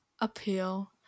appeal